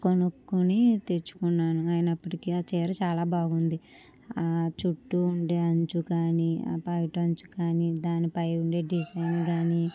కొనుక్కొని తెచ్చుకున్నాను అయినప్పటికి ఆ చీర చాలా బాగుంది ఆ చుట్టు ఉండే అంచు కానీ పైట అంచు కానీ దానిపై ఉండే డిజైన్ కానీ